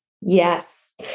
Yes